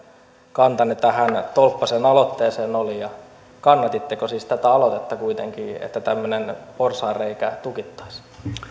kantanne tähän tolppasen aloitteeseen oli kannatitteko siis tätä aloitetta kuitenkin sitä että tämmöinen porsaanreikä tukittaisiin